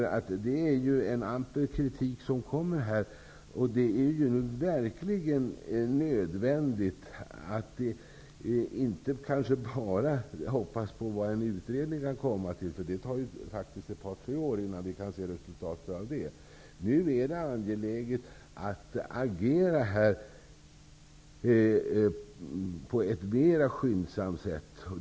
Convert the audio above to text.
Det är ju en amper kritik som kommer från dem. Det är nu verkligen nödvändigt inte bara att hoppas på vad en utredning kan komma till, för det tar ett par, tre år innan vi kan se resultatet av en sådan, utan att agera på ett mera skyndsamt sätt.